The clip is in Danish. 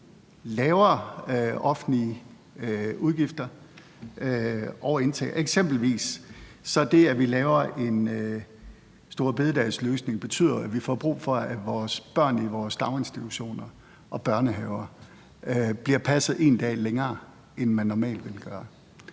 lavere offentlige udgifter. Eksempelvis betyder det, at vi laver en storebededagsløsning, at vi får brug for, at vores børn i vores daginstitutioner og børnehaver bliver passet en dag mere, end de normalt bliver.